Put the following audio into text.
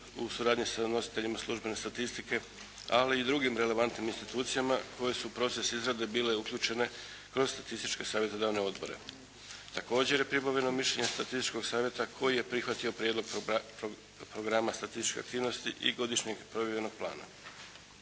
u suradnji sa nositeljima službene statistike ali i drugim relevantnim institucijama koje su u proces izrade bile uključene kroz statističke savjetodavne odbore. Također je pribavljeno mišljenje Statističkog savjeta koji je prihvatio Prijedlog programa statističkih aktivnosti i Godišnjeg provedbenog plana.